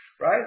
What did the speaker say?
right